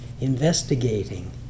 investigating